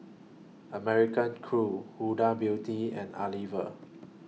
American Crew Huda Beauty and Unilever